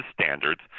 standards